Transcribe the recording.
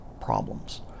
problems